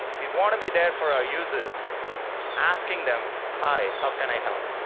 we want to be there for our users asking them, hi, how can i help?